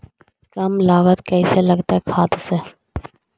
कम लागत कैसे लगतय खाद से?